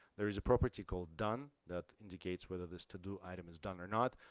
there is a property called done that indicates whether this to-do item is done or not,